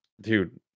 dude